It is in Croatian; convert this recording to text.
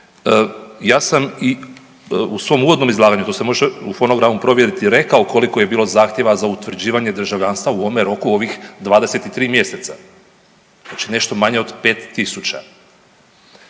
Ja sam i u svom uvodnom izlaganju, to se može u fonogramu provjeriti, rekao koliko je bilo zahtjeva za utvrđivanje državljanstva u ovome roku, u ovih 23 mjeseca. Znači nešto manje od 5000.